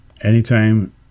anytime